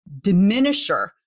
diminisher